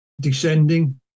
descending